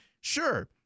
Sure